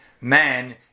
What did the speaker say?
man